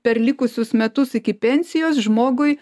per likusius metus iki pensijos žmogui